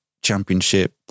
championship